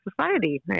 society